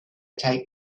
take